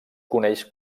coneix